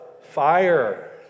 fire